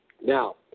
Now